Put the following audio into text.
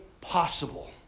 possible